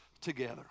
together